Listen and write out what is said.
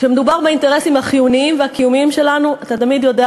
כשמדובר באינטרסים החיוניים והקיומיים שלנו אתה תמיד יודע